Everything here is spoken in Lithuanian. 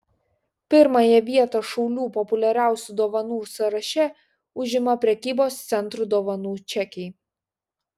pirmąją vietą šaulių populiariausių dovanų sąraše užima prekybos centrų dovanų čekiai